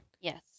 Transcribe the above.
Yes